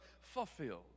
fulfilled